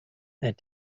that